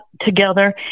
together